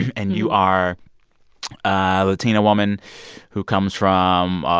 and you are a latina woman who comes from